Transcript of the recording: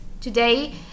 today